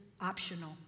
optional